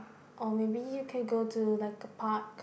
or maybe you can go to like a park